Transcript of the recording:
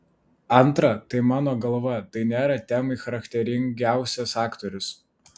antra tai mano galva nėra tai temai charakteringiausias autorius